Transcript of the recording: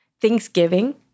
Thanksgiving